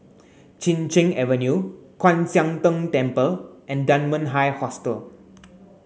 Chin Cheng Avenue Kwan Siang Tng Temple and Dunman High Hostel